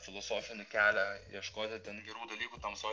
filosofinį kelią ieškoti ten gerų dalykų tamsoj